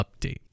update